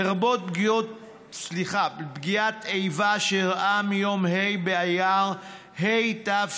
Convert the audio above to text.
לרבות פגיעת איבה שאירעה מיום ה' באייר התש"ח,